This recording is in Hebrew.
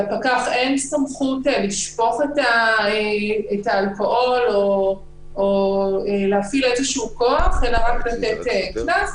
לפקח אין סמכות לשפוך את האלכוהול או להפעיל איזשהו כוח אלא רק לתת קנס.